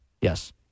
Yes